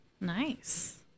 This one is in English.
Nice